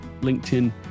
LinkedIn